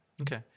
Okay